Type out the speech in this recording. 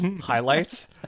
highlights